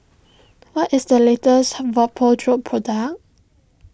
what is the latest Vapodrops product